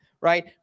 Right